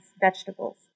vegetables